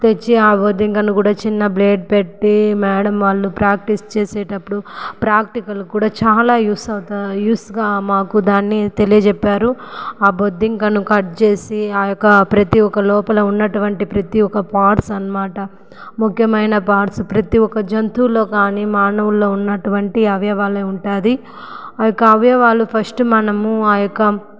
తెచ్చి ఆ బొద్దింకను కూడా చిన్న బ్లడ్ పెట్టి మ్యాడం వాళ్ళు ప్రాక్టీస్ చేసేటప్పుడు ప్రాక్టికల్ కూడా చాలా యూస్ అవుతాయి యూస్గా మాకు దాన్ని తెలియజెప్పారు ఆ బుద్ధింకను కట్ చేసి ఆ యొక్క ప్రతి ఒక్క లోపల ఉన్నటువంటి ప్రతి ఒక పార్ట్స్ అనమాట ముఖ్యమైన పార్ట్స్ ప్రతి ఒక జంతువులలో కానీ మానవుల్లో ఉన్నటువంటి అవయవాలే ఉంటుంది ఆ యొక్క అవయవాలు ఫస్ట్ మనము ఆ యొక్క